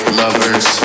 lovers